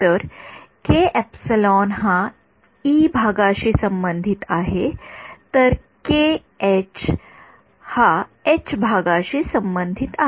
तर हा ई भागाशी संबंधित आहे तर एच भागाशी संबंधित आहे